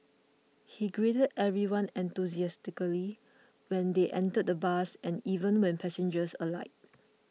he greeted everyone enthusiastically when they entered the bus and even when passengers alighted